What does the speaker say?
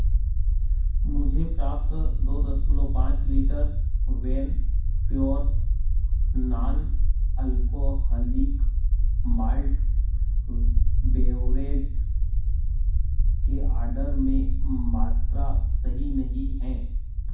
मुझे प्राप्त दो दशमलव पाँच लीटर वैन pure non alcoholic malt beverage के आर्डर में मात्रा सही नहीं हैं